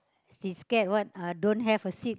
she scared what uh don't have a seat